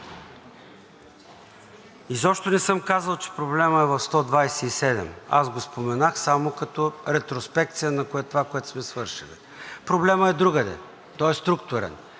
Изобщо не съм казал, че проблемът е в сто двадесет и седем, аз го споменах само като ретроспекция на това, което сме свършили. Проблемът е другаде, той е структурен.